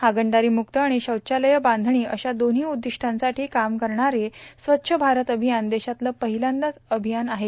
हागणदारीमुक्त आणि शौचालय बांधणी अशा दोन्ही उद्दिष्टांसाठी काम करणारे स्वच्छ भारत अभियान देशातलं पहिलंच अभियान आहे